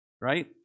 right